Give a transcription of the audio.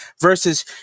versus